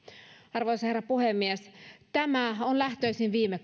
arvoisa herra puhemies tämä on lähtöisin viime